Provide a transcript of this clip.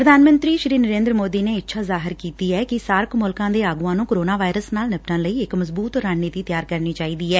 ਪ੍ਰਧਾਨ ਮੰਤਰੀ ਨਰੇਂਦਰ ਮੋਦੀ ਨੇ ਇੱਛਾ ਜ਼ਾਹਿਰ ਕੀਤੀ ਐ ਕਿ ਸਾਰਕ ਮੁਲਕਾਂ ਦੇ ਆਗੁਆਂ ਨੂੰ ਕੋਰੋਨਾ ਵਾਇਰਸ ਨਾਲ ਨਿੱਪੱਟਣ ਲਈ ਇਕ ਮਜ਼ਬੂਤ ਰਣਨੀਤੀ ਤਿਆਰ ਕਰਨੀ ਚਾਹੀਦੀ ਐ